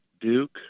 Duke